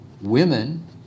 women